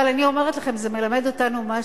אבל אני אומרת לכם, זה מלמד אותנו משהו.